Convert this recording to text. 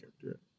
character